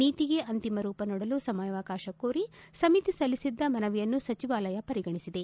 ನೀತಿಗೆ ಅಂತಿಮ ರೂಪ ನೀಡಲು ಸಮಯಾವಕಾಶ ಕೋರಿ ಸಮಿತಿ ಸಲ್ಲಿಸಿದ್ದ ಮನವಿಯನ್ನು ಸಚಿವಾಲಯ ಪರಿಗಣಿಸಿದೆ